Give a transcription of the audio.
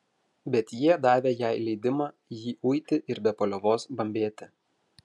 bet jie davė jai leidimą jį uiti ir be paliovos bambėti